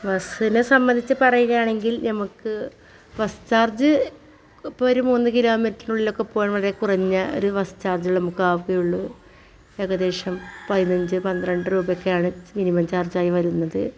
ബസ്സിനെ സംബന്ധിച്ച് പറയുകയാണെങ്കിൽ നമുക്ക് ബസ് ചാർജ് ഇപ്പോൾ ഒരു മൂന്ന് കിലോമീറ്റർ ഉള്ളിലൊക്കെ പോവുകയാണെങ്കിൽ വളരെ കുറഞ്ഞ ഒരു ബസ് ചാർജ് നമുക്ക് ആവുകയുളളൂ ഏകദേശം പതിനഞ്ച് പന്ത്രണ്ട് രൂപ ഒക്കെയാണ് മിനിമം ചാർജ് ആയി വരുന്നത്